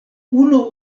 unu